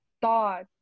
thought